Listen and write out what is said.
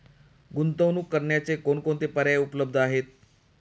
गुंतवणूक करण्याचे कोणकोणते पर्याय उपलब्ध आहेत?